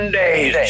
days